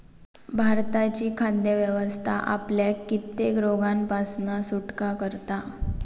भारताची खाद्य व्यवस्था आपल्याक कित्येक रोगांपासना सुटका करता